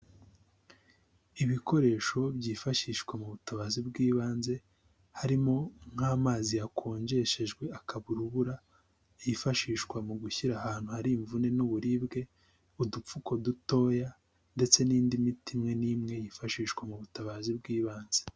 Ibikoresho byifashishwa mu butabazi bw'ibanze harimo nk'amazi yakonjeshejwe akaba urubura yifashishwa mu gushyira ahantu hari imvune n'uburibwe udupfuko dutoya ndetse n'indi miti imwe n'imwe yifashishwa mu butabazi bw'ibanze.